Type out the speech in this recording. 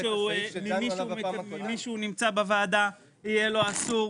ממי שהוא נמצא בוועדה יהיה לו אסור,